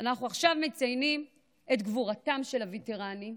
אנחנו עכשיו מציינים את גבורתם של הווטרנים,